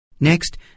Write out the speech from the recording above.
Next